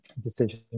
decision